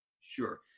Sure